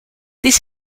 this